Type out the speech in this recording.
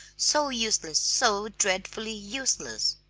so useless, so dreadfully useless!